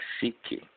seeking